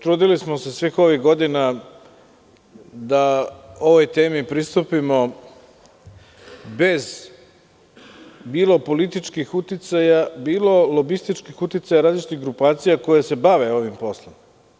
Trudili smo se svih ovih godina da ovoj temi pristupimo bez bilo politčkih uticaja, bilo lobističkih uticaja različitih grupacija koje se bave ovim poslom.